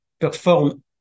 perform